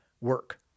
work